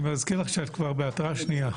אני מזכיר לך שאת כבר בהתראה שנייה.